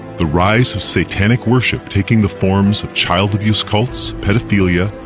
the rise of satanic worship taking the forms of child abuse cults, pedophilia,